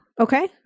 Okay